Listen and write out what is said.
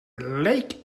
leek